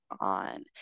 on